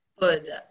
good